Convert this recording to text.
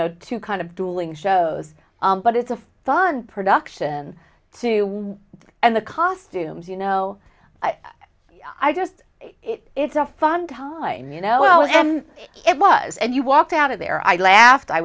know to kind of dueling shows but it's a fun production too and the costumes you know i just it's a fun time you know and it was and you walked out of a there i laughed i